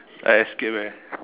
I escape eh